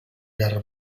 guerra